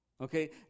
okay